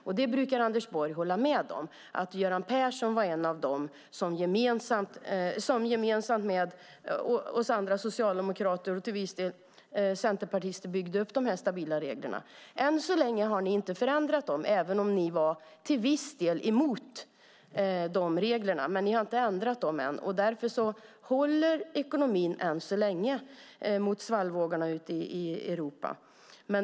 Anders Borg brukar hålla med om att Göran Persson var en av dem som gemensamt med oss andra socialdemokrater och till viss del centerpartister byggde upp de här stabila reglerna. Än så länge har ni inte förändrat dem, även om ni till viss del var emot de reglerna. Men ni har inte ändrat dem än. Därför håller ekonomin än så länge mot svallvågorna ute i Europa.